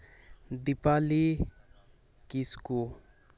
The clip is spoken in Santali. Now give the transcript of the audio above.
ᱫᱤᱯᱟᱞᱤ ᱠᱤᱥᱠᱩ